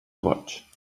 goig